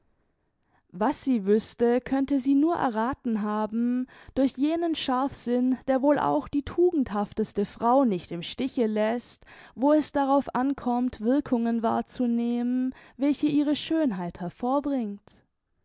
was sie wüßte könnte sie nur errathen haben durch jenen scharfsinn der wohl auch die tugendhafteste frau nicht im stiche läßt wo es darauf ankommt wirkungen wahrzunehmen welche ihre schönheit hervorbringt